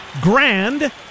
grand